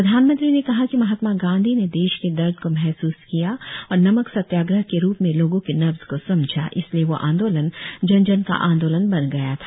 प्रधानमंत्री ने कहा कि महात्मा गांधी ने देश के दर्द को महसूस किया और नमक सत्याग्रह के रूप में लोगों की नब्ज को समझा इसलिए वह आंदोलन जन जन का आंदोलन बन गया था